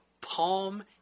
palm